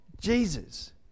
Jesus